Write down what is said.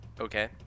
Okay